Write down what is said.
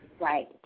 Right